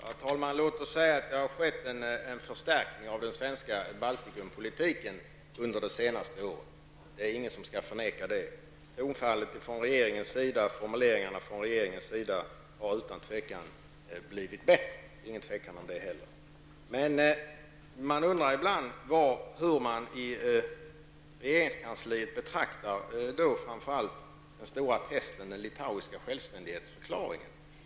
Herr talman! Låt oss säga att det har skett en förstärkning av den svenska Baltikumpolitiken under det senaste året. Det är ingen som skall förneka det. Tonfallet och formuleringarna från regeringens sida har utan tvivel blivit bättre. Men jag undrar ibland hur man i regeringskansliet betraktar framför allt det stora testet, den litauiska självständighetsförklaringen.